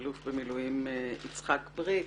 האלוף במילואים יצחק בריק.